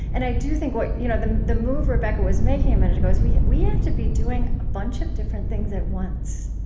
and i do think you know the the move rebecca was making a minute ago is, we we have to be doing a bunch of different things at once.